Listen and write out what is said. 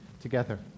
together